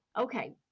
Okay